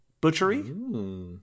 butchery